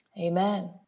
amen